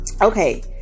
okay